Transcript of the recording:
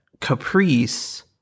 Caprice